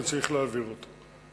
אני צריך להעביר אותו.